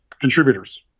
contributors